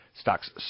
Stocks